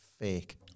fake